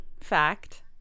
fact